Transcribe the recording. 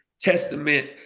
testament